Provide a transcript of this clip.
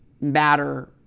matter